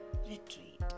Retreat